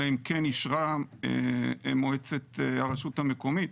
אלא אם כן אישרה מועצת הרשות המקומית,